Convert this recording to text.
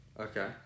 Okay